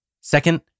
Second